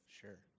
Sure